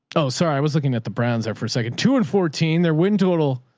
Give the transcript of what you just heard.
oh, sorry. i was looking at the brands are for a second, two and fourteen, their wind total.